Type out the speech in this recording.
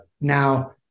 Now